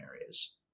areas